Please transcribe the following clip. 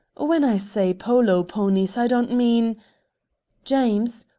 when i say polo ponies, i don't mean james,